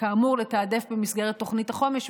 כאמור לתעדף במסגרת תוכנית החומש,